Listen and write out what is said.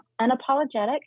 unapologetic